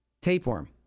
tapeworm